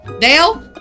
Dale